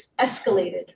escalated